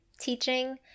teaching